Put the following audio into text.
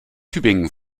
tübingen